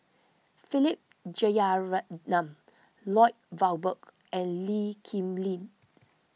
Philip Jeyaretnam Lloyd Valberg and Lee Kip Lin